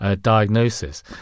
diagnosis